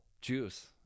juice